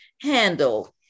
handle